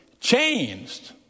changed